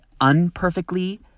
unperfectly